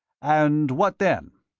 and what then?